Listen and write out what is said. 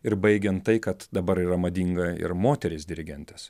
ir baigiant tai kad dabar yra madinga ir moterys dirigentės